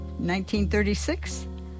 1936